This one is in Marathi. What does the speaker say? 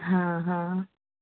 हां हां